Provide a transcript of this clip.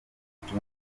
benshi